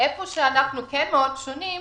איפה שאנחנו כן שונים מאוד,